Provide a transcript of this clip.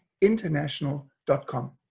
international.com